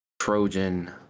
Trojan